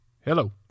Hello